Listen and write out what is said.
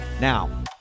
Now